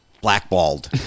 blackballed